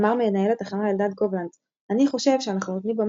אמר מנהל התחנה אלדד קובלנץ "אני חושב שאנחנו נותנים במה